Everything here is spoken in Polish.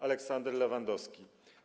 Aleksander Lewandowski.